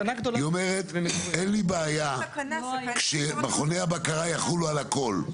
היא אומרת אין לי בעיה כשמכוני הבקרה יחולו על הכל,